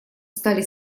стали